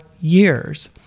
years